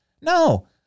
No